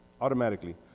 automatically